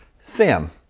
Sam